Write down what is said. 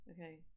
Okay